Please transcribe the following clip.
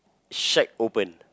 shack open